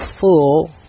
full